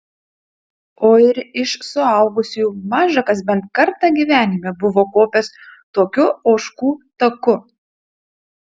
o ir iš suaugusiųjų maža kas bent kartą gyvenime buvo kopęs tokiu ožkų taku